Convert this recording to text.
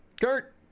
Kurt